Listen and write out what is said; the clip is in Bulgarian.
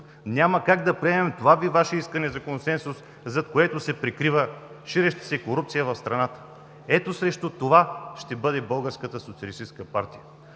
Няма как да приемем това Ваше искане за консенсус, зад което се прикрива ширеща се корупция в страната. Ето, срещу това ще бъде БСП. Българската социалистическа партия